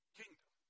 kingdom